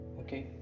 okay